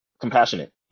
compassionate